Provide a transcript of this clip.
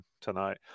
tonight